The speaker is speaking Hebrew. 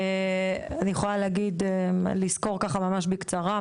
אני יכולה לסקור כמה ממש בקצרה,